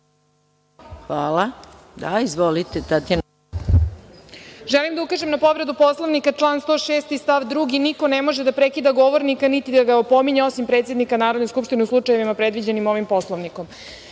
Macura. **Tatjana Macura** Želim da ukažem na povredu Poslovnika, član 106. stav 2. – niko ne može da prekida govornika, niti da ga opominje, osim predsednika Narodne skupštine, u slučajevima predviđenim ovim Poslovnikom. Malopre